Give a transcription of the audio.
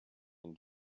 and